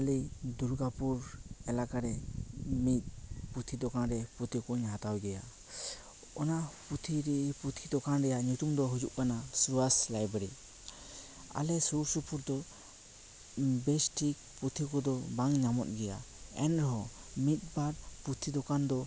ᱟᱞᱮ ᱫᱩᱨᱜᱟᱯᱩᱨ ᱮᱞᱟᱠᱟᱨᱮ ᱢᱤᱫ ᱯᱩᱛᱷᱤ ᱫᱚᱠᱟᱱ ᱨᱮ ᱯᱩᱛᱷᱤ ᱠᱚᱧ ᱦᱟᱛᱟᱣ ᱜᱮᱭᱟ ᱚᱱᱟ ᱯᱩᱛᱷᱤ ᱯᱩᱛᱷᱤ ᱫᱚᱠᱟᱱ ᱨᱮᱭᱟᱜ ᱧᱩᱛᱩᱢ ᱫᱚ ᱦᱩᱭᱩᱜ ᱠᱟᱱᱟ ᱥᱩᱵᱷᱟᱥ ᱞᱟᱭᱵᱮᱨᱤ ᱟᱞᱮ ᱥᱩᱨᱼᱥᱩᱯᱩᱨ ᱫᱚ ᱵᱮᱥ ᱴᱷᱤᱠ ᱯᱩᱛᱷᱤ ᱠᱚᱫᱚ ᱵᱟᱝ ᱧᱟᱢᱚᱜ ᱜᱮᱭᱟ ᱮᱱᱦᱚᱸ ᱢᱤᱫᱵᱟᱨ ᱯᱩᱛᱷᱤ ᱫᱚᱠᱟᱱ ᱫᱚ ᱢᱟᱱᱟ ᱟᱠᱟᱫ ᱜᱮᱭᱟ ᱚᱱᱠᱟ ᱩᱱᱠᱩ ᱠᱚ ᱢᱩᱫᱽ ᱨᱮ ᱢᱤᱫ ᱧᱩᱛᱩᱢᱟᱱᱟ ᱯᱩᱛᱷᱤ ᱫᱚᱠᱟᱱ ᱫᱚ ᱦᱩᱭᱩᱜ ᱠᱟᱱᱟ ᱥᱩᱵᱷᱟᱥ